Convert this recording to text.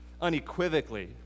unequivocally